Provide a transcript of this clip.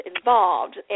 involved